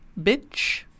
Bitch